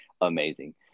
Amazing